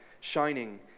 shining